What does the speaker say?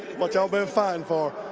what ya'll been vying for.